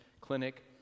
Clinic